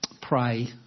Pray